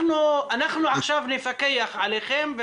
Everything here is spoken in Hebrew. אנחנו עכשיו נפקח עליכם.